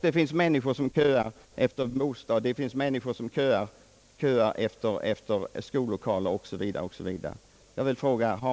Det finns människor som köar efter bostad och det finns människor som köar efter skollokaler.